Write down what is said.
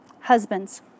Husbands